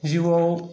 जिउआव